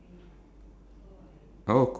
mm that's the thing